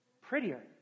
Prettier